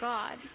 God